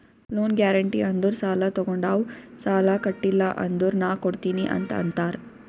loan guarantee ಅಂದುರ್ ಸಾಲಾ ತೊಗೊಂಡಾವ್ ಸಾಲಾ ಕೊಟಿಲ್ಲ ಅಂದುರ್ ನಾ ಕೊಡ್ತೀನಿ ಅಂತ್ ಅಂತಾರ್